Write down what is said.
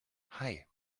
hei